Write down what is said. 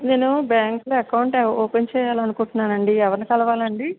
నేను బ్యాంకు లో account open చేయాలనుకుంటున్నాను అండి ఎవరిని కలవాలండి